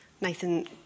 Nathan